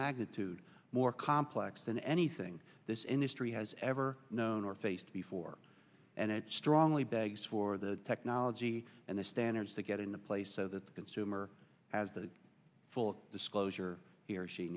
magnitude more complex than anything this industry has ever known or faced before and it strongly begs for the technology and the standards to get in the place so that the consumer has the full disclosure he or she